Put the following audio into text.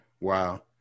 Wow